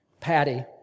Patty